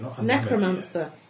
necromancer